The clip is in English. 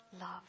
love